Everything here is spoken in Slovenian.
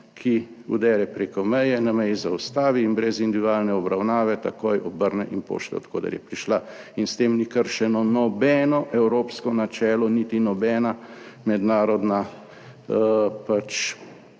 ki vdre preko meje, na meji zaustavi in brez individualne obravnave takoj obrne in pošlje od koder je prišla, in s tem ni kršeno nobeno evropsko načelo niti nobena mednarodna